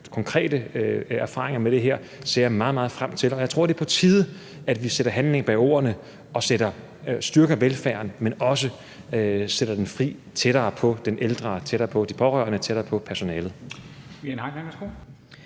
konkrete erfaringer med det her ser jeg meget, meget frem til. Jeg tror, det er på tide, at vi sætter handling bag ordene og styrker velfærden, men også sætter den fri tættere på den ældre, tættere på de pårørende, tættere på personalet.